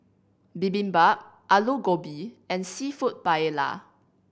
Bibimbap Alu Gobi and Seafood Paella